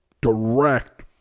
direct